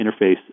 interface